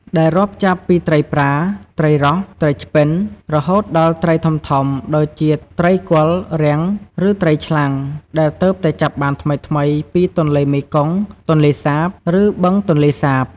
ដែលរាប់ចាប់ពីត្រីប្រា ត្រីរស់ ត្រីឆ្ពិន រហូតដល់ត្រីធំៗដូចជាត្រីគល់រាំង ឬត្រីឆ្លាំង ដែលទើបតែចាប់បានថ្មីៗពីទន្លេមេគង្គ ទន្លេសាប ឬបឹងទន្លេសាប។